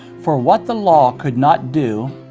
for what the law could not do,